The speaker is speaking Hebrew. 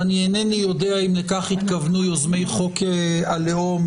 ואינני יודע אם לכך התכוונו יוזמי חוק הלאום,